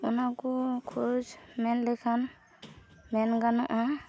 ᱚᱱᱟᱠᱚ ᱠᱷᱚᱨᱚᱪ ᱢᱮᱱ ᱞᱮᱠᱷᱟᱱ ᱢᱮᱱ ᱜᱟᱱᱚᱜᱼᱟ